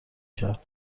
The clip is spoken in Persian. کرد